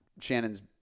Shannon's